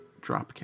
Dropkick